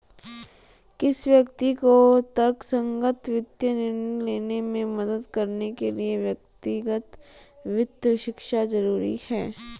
किसी व्यक्ति को तर्कसंगत वित्तीय निर्णय लेने में मदद करने के लिए व्यक्तिगत वित्त शिक्षा जरुरी है